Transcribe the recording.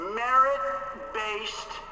merit-based